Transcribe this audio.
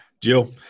Jill